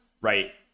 right